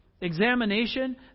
examination